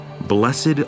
Blessed